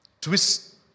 Twist